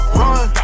run